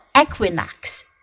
equinox